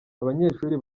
abanyeshuri